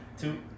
Two